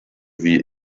wie